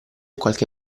qualche